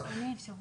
בשנת 2009